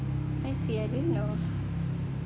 I see I didn't know